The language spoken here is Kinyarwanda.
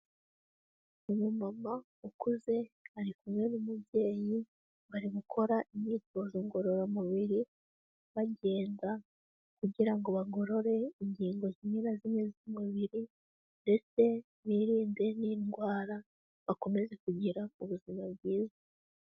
Umumama ukuze ari kumwe n'umubyeyi bari gukora imyitozo ngororamubiri, bagenda kugira ngo bagorore ingingo zimwe na zimwe z'umubiri ndetse birinde n'indwara, bakomeze kugira ubuzima bwiza.